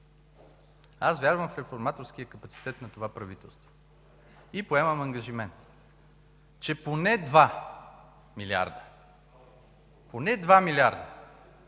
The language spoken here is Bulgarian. Аз вярвам в реформаторския капацитет на това правителство и поемам ангажимент, че поне 2 милиарда, поне 2 милиарда